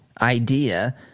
idea